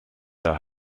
der